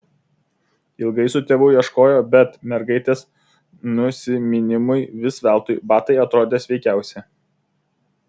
ilgai su tėvu ieškojo bet mergaitės nusiminimui vis veltui batai atrodė sveikiausi